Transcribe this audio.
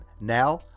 Now